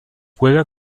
juega